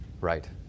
Right